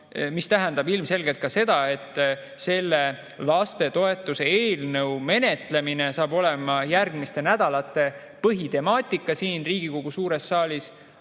See tähendab ilmselgelt seda, et lastetoetusi puudutava eelnõu menetlemine saab olema järgmiste nädalate põhitemaatika siin Riigikogu suures saalis.